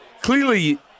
clearly